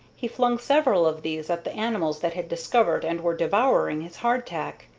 he flung several of these at the animals that had discovered and were devouring his hardtack.